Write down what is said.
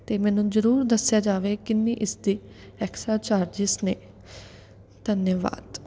ਅਤੇ ਮੈਨੂੰ ਜ਼ਰੂਰ ਦੱਸਿਆ ਜਾਵੇ ਕਿੰਨੀ ਇਸਦੀ ਐਕਸਟਰਾ ਚਾਰਜਿਜ ਨੇ ਧੰਨਵਾਦ